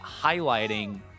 highlighting